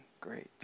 Great